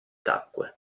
tacque